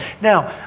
Now